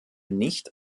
nicht